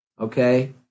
Okay